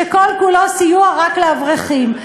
שכל-כולו סיוע רק לאברכים.